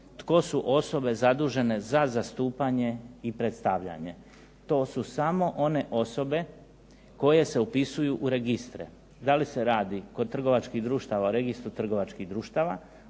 tko su osobe zadužene za zastupanje i predstavljanje. To su samo one osobe koje se upisuju u registre. Da li se radi kod trgovačkih društava o registru trgovačkih društava,